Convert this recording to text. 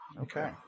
Okay